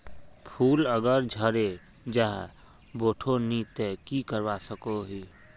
फूल अगर झरे जहा बोठो नी ते की करवा सकोहो ही?